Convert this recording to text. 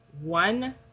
one